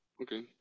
Okay